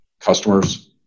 customers